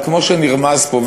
אבל כמו שנרמז פה,